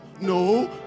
no